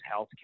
healthcare